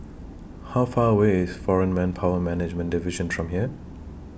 How Far away IS Foreign Manpower Management Division from here